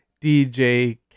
DJ